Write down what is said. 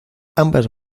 ambas